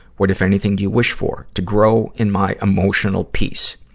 what, if anything, do you wish for? to grow in my emotional peace.